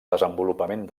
desenvolupament